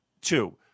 Two